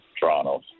Toronto